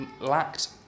lacked